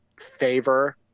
favor